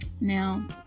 now